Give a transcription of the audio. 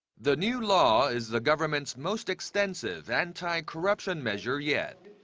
the new law is the government's most extensive anti-corruption measure yet.